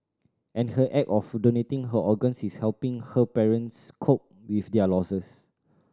and her act of donating her organs is helping her parents cope with their losses